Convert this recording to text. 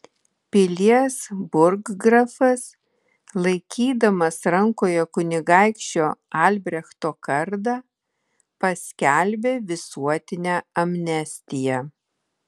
pilies burggrafas laikydamas rankoje kunigaikščio albrechto kardą paskelbė visuotinę amnestiją